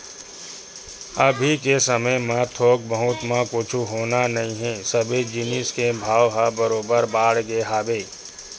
अभी के समे म थोक बहुत म कुछु होना नइ हे सबे जिनिस के भाव ह बरोबर बाड़गे हवय